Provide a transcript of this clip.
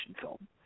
film